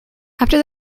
after